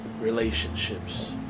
relationships